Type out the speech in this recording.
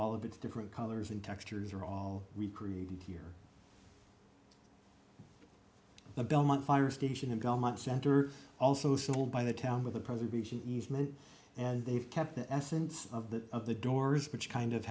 all of its different colors and textures are all recreated here the belmont fire station in government center also sold by the town with a preservation easement and they've kept the essence of the of the doors which kind of